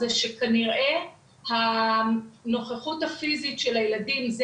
זה שכנראה הנוכחות הפיזית של הילדים זה